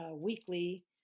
weekly